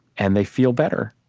and they feel better.